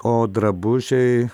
o drabužiai